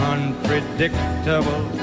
Unpredictable